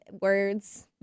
words